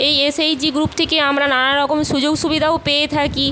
এই SHG group থেকে আমরা নানা রকম সুযোগ সুবিধাও পেয়ে থাকি